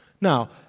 Now